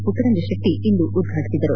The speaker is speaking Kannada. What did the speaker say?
ಪುಟ್ಟರಂಗಶೆಟ್ಟಿ ಇಂದು ಉದ್ಘಾಟಿಸಿದರು